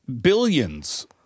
Billions